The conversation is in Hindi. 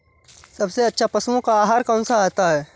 सबसे अच्छा पशुओं का आहार कौन सा होता है?